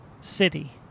city